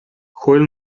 joel